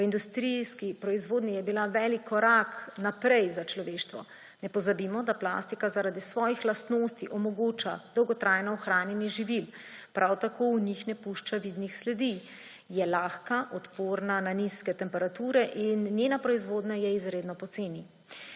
v industrijski proizvodnji je bila velik korak naprej za človeštvo, ne pozabimo, da plastika zaradi svojih lastnosti omogoča dolgotrajno ohranjanje živil, prav tako v njih ne pušča vidnih sledi, je lahka, odporna na nizke temperature in njena proizvodnja je izredno poceni.